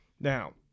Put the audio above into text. Now